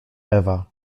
ewa